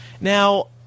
Now